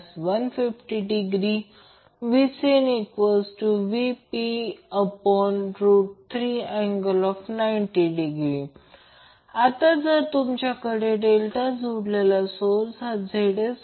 आणि Vp मी सांगितले आहे ते फेज व्होल्टेज फेज व्हॅल्यू आहे परंतु ते RMS व्हॅल्यू आहे म्हणून फेज व्होल्टेज RMS व्हॅल्यू आहे